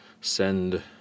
send